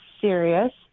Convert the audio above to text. serious